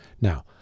Now